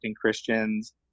Christians